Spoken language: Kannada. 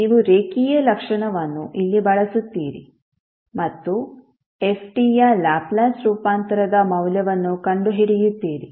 ನೀವು ರೇಖೀಯ ಲಕ್ಷಣವನ್ನು ಇಲ್ಲಿ ಬಳಸುತ್ತೀರಿ ಮತ್ತು f t ಯ ಲ್ಯಾಪ್ಲೇಸ್ ರೂಪಾಂತರದ ಮೌಲ್ಯವನ್ನು ಕಂಡುಹಿಡಿಯುತ್ತೀರಿ